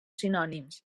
sinònims